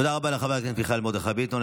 תודה רבה לחבר הכנסת מיכאל מרדכי ביטון.